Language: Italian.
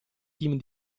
team